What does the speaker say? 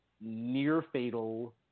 near-fatal